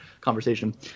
conversation